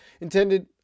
intended